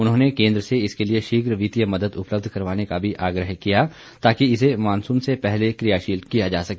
उन्होंने केंद्र से इसके लिए शीघ्र वित्तीय मदद उपलब्ध करवाने का भी आग्रह किया ताकि इसे मानसून से पहले क्रियाशील किया जा सके